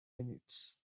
minutes